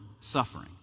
suffering